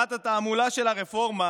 שרת התעמולה של הרפורמה